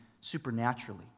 supernaturally